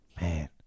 Man